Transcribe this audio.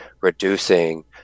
reducing